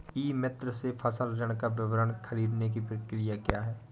ई मित्र से फसल ऋण का विवरण ख़रीदने की प्रक्रिया क्या है?